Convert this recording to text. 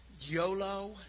YOLO